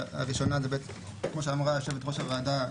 כמו שאמרה יושבת-ראש הוועדה,